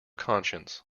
conscience